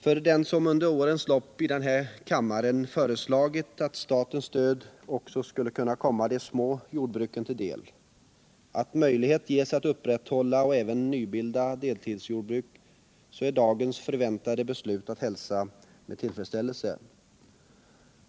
För den som under årens lopp i denna kammare föreslagit att statens stöd också skulle kunna komma de små jordbruken till del, att möjlighet skall ges att upprätthålla och även nybilda deltidsjordbruk är dagens förväntade beslut att hälsa med tillfredsställelse.